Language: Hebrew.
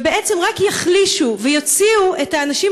ובעצם רק יחלישו ויוציאו את האנשים